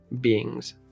beings